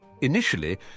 Initially